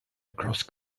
across